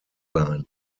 sein